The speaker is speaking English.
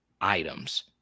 items